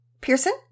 Pearson